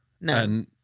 No